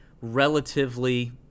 relatively